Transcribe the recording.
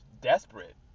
desperate